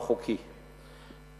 אינו חוקי,